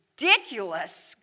ridiculous